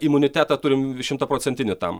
imunitetą turim šimtaprocentinį tam